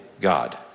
God